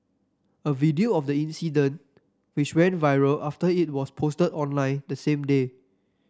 a video of the incident which went viral after it was posted online the same day